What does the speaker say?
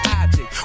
object